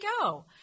go